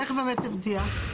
איך באמת תבטיח?